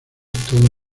todo